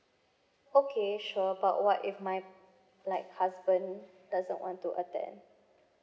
okay sure but what if my like husband doesn't want to attend